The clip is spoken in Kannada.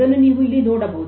ಅದನ್ನು ನೀವು ಇಲ್ಲಿ ನೋಡಬಹುದು